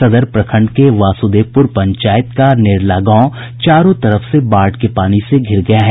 सदर प्रखंड के वासुदेवपुर पंचायत का नेरला गांव चारों तरफ से बाढ़ के पानी से धिर गया है